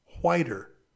whiter